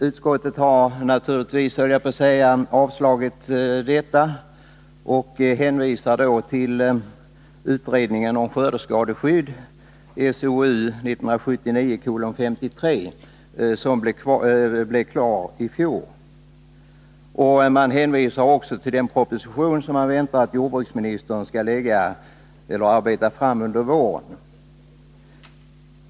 Utskottet har — naturligtvis, höll jag på att säga — avstyrkt motionen och hänvisar till utredningen om skördeskadeskydd, SOU 1979:53, som blev klar i fjol. Utskottet hänvisar också till den proposition som man väntar att jordbruksministern skall arbeta fram under våren.